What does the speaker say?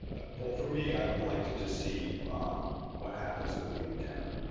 well, for me, i would like to just see what happens with me and karen.